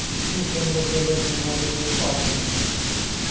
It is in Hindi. किस उम्र के लोग बीमा के लिए पात्र हैं?